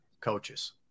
coaches